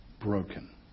broken